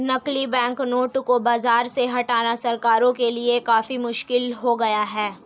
नकली बैंकनोट को बाज़ार से हटाना सरकारों के लिए काफी मुश्किल हो गया है